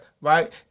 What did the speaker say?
right